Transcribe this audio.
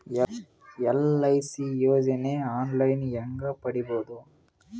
LIC ಯೋಜನೆ online ಹೇಂಗ ಪಡಿಬಹುದು?